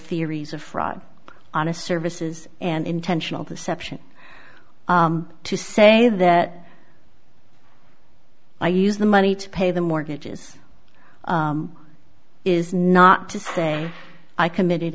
theories of fraud on a services and intentional deception to say that i use the money to pay the mortgages is not to say i committed